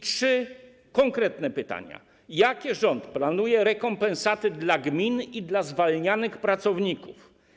Trzy konkretne pytania: Jakie rząd planuje rekompensaty dla gmin i dla zwalnianych pracowników?